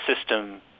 system